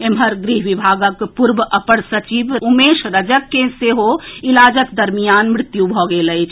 एम्हर गृह विभागक पूर्व अपर सचिव उमेश रजक के सेहो इलाजक दरमियान मृत्यु भऽ गेल अछि